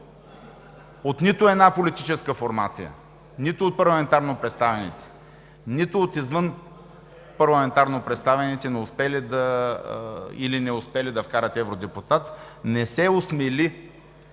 от нито една политическа формация – нито от парламентарно представените, нито от извънпарламентарно представените, успели или неуспели да вкарат евродепутат, не се осмели